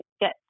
get